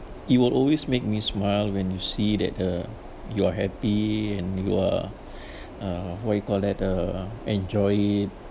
you will always make me smile when you see that uh you're happy and you are uh what you call that uh enjoy it